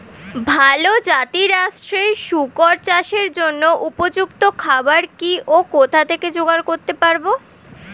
ভালো জাতিরাষ্ট্রের শুকর চাষের জন্য উপযুক্ত খাবার কি ও কোথা থেকে জোগাড় করতে পারব?